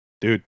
Dude